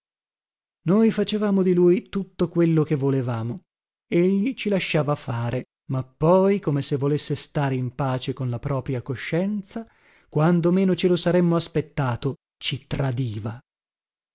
noi facevamo di lui tutto quello che volevamo egli ci lasciava fare ma poi come se volesse stare in pace con la propria coscienza quando meno ce lo saremmo aspettato ci tradiva